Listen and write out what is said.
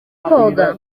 koga